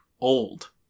old